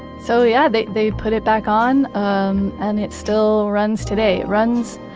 so yeah, they they put it back on um and it still runs today. it runs,